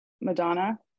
Madonna